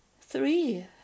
three